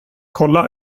kolla